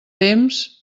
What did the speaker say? temps